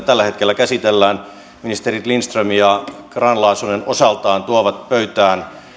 tällä hetkellä käsitellään ministerit lindström ja grahn laasonen osaltaan tuovat pöytään